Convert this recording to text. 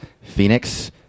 Phoenix